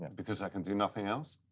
and because i can do nothing else.